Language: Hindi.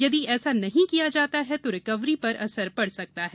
यदि ऐसा नहीं किया जाता है तो रिकवरी पर असर पड़ सकता है